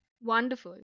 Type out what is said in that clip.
Wonderful